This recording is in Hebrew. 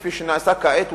כפי שנעשה כעת,